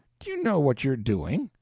do you know what you're doing?